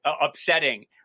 upsetting